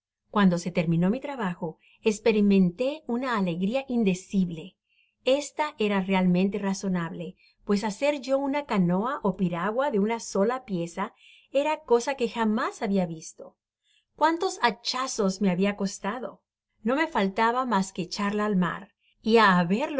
cuando se terminó mi trabajo esperimenté una alegria indecible esta era realmente razonable pues hacer yo una canoa ó piragua de uaa sola pieza era cosa que jamás habia visto cuántos hachazos rae habia costado no me fallaba mas que echarla al mar y á haberlo